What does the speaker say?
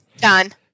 Done